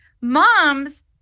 moms